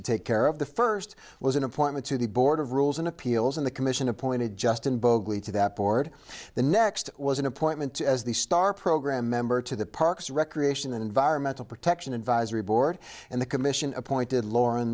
to take care of the first was an appointment to the board of rules and appeals and the commission appointed just in bogey to that board the next was an appointment as the star program member to the parks recreation and environmental protection advisory board and the commission appointed lauren